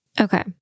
Okay